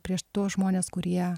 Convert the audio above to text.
prieš tuos žmones kurie